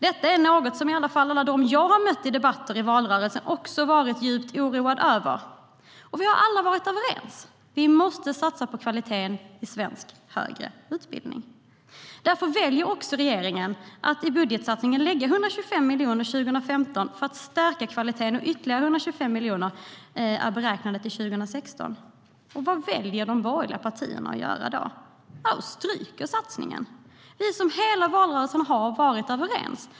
Detta är något som i varje fall alla de jag har mött i debatter i valrörelsen också varit djupt oroade över. Vi har alla varit överens. Vi måste satsa på kvaliteten i svensk högre utbildning. Därför väljer regeringen i budgetsatsningen att lägga 125 miljoner 2015 för att stärka kvaliteten, och ytterligare 125 miljoner är beräknade till 2016. Vad väljer de borgerliga partierna att göra då? Jo, de stryker satsningen. Vi har i hela valrörelsen varit överens.